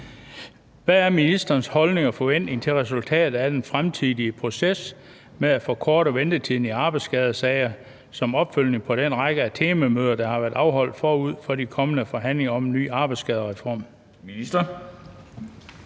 Hvad er ministerens holdning og forventning til resultatet af den fremtidige proces med at forkorte ventetiden i arbejdsskadesager som opfølgning på den række af temamøder, der har været afholdt forud for de kommende forhandlinger om en ny arbejdsskadereform?